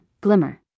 Glimmer